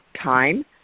time